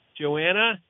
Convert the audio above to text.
Joanna